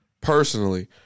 Personally